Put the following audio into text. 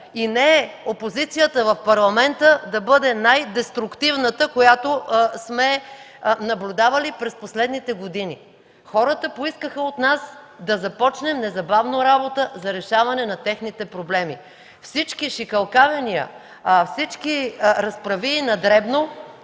и не опозицията в Парламента да бъде най-деструктивната, която сме наблюдавали през последните години. Хората поискаха от нас да започнем незабавно работа за решаване на техните проблеми. Всички шикалкавения, всички разправии на дребно